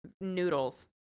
noodles